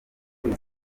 kuri